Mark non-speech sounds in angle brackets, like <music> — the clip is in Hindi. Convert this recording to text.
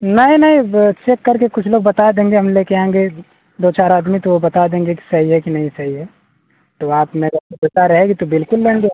नहीं नहीं चेक करके कुछ लोग बता देंगे हम लेके आएँगे दो चार आदमी तो वो बता देंगे कि सही है कि नहीं सही है तो आप में <unintelligible> रहेगी तो बिल्कुल लेंगे